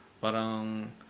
parang